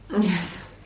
Yes